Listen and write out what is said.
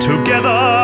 Together